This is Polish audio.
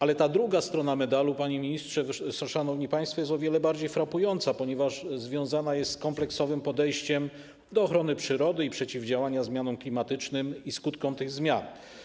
Ale druga strona medalu, panie ministrze, szanowni państwo, jest o wiele bardziej frapująca, ponieważ związana jest z kompleksowym podejściem do ochrony przyrody i przeciwdziałania zmianom klimatycznym i skutkom tych zmian.